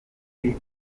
grew